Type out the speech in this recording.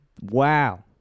Wow